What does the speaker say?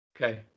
Okay